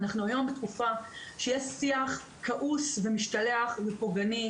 אנחנו היום בתקופה שיש שיח כעוס ומשתלח ופוגעני,